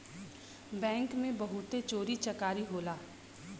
bank में बहुते चोरी चकारी होला